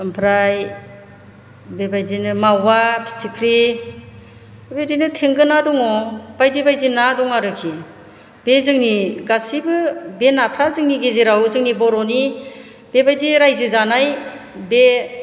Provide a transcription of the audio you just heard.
ओमफ्राय बेबायदिनो मावा फिथिख्रि बेबायदिनो थेंगोना दङ बायदि बायदि ना दङ आरोखि बे जोंनि गासैबो बे नाफोरा जोंनि गेजेराव जोंनि बर'नि बेबायदि रायजो जानाय बे